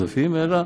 אלא,